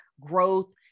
growth